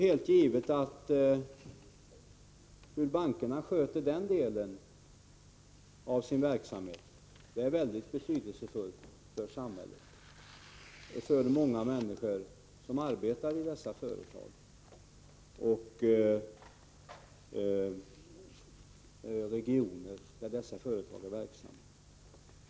Hur bankerna sköter den delen av sin verksamhet är givetvis mycket betydelsefullt för samhället, för de många människor som arbetar i dessa företag och för de regioner där dessa företag är verksamma.